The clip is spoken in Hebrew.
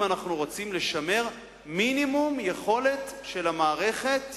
אם אנחנו רוצים לשמר מינימום יכולת של המערכת